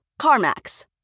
CarMax